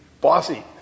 bossy